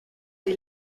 die